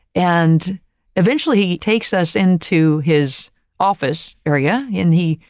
and eventually he takes us into his office area. and he,